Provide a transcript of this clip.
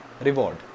Reward